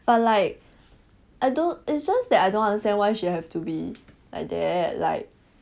but like I don't it's just that I don't understand why she have to be like that like